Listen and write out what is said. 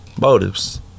motives